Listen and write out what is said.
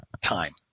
time